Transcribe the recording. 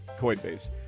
Coinbase